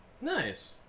Nice